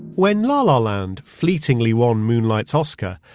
when la la land fleetingly won moonlight s oscar,